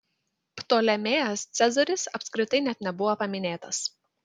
ptolemėjas cezaris apskritai net nebuvo paminėtas